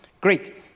Great